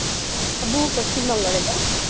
ᱟᱵᱚ ᱯᱚᱥᱪᱤᱢ ᱵᱚᱝᱜᱚ ᱨᱮᱫᱚ